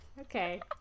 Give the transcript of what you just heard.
Okay